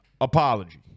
apology